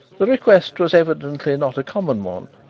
the request was evidently not a common one.